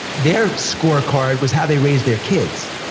their scorecard was how they raised their kids.